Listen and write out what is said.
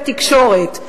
של התקשורת,